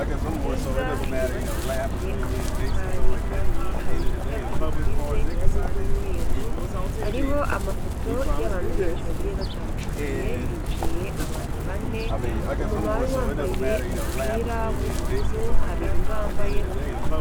Inzu nziza yubakishije amatafari ahiye, hari icyapa gisize irangi ry'umweru, hariho amafoto y'abantu benshi bagiye batandukanye, hicaye abantu bane, umumama wari wambaye umupira w'ubururu, hari undi wambaye uw'umutuku.